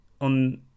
on